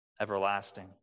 everlasting